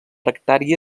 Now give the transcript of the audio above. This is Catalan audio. hectàrea